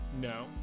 No